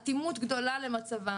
אטימות גדולה למצבם.